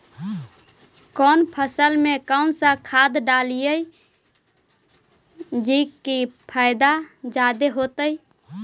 कौन फसल मे कौन सा खाध डलियय जे की पैदा जादे होतय?